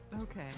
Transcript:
Okay